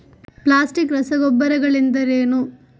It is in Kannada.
ಪ್ಲಾಸ್ಟಿಕ್ ರಸಗೊಬ್ಬರಗಳೆಂದರೇನು?